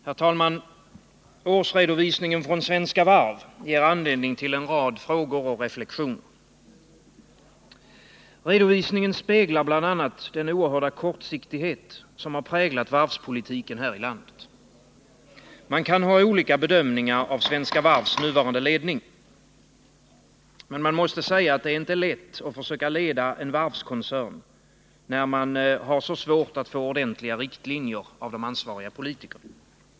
Herr talman! Årsredovisningen från Svenska Varv ger anledning till en rad frågor och reflexioner. Redovisningen speglar bl.a. den oerhörda kortsiktighet som har präglat varvspolitiken här i landet. Man kan ha olika bedömningar av Svenska Varvs nuvarande ledning. Men man måste säga att det inte är lätt att försöka leda en varvskoncern när det är så svårt att få ordentliga riktlinjer av de ansvariga politikerna.